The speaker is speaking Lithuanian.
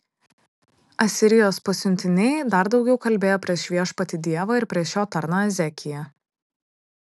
asirijos pasiuntiniai dar daugiau kalbėjo prieš viešpatį dievą ir prieš jo tarną ezekiją